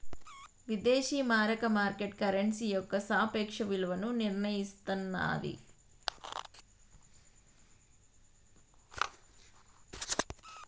విదేశీ మారక market currency యొక్క సాపేక్ష విలువను నిర్ణయిస్తన్నాది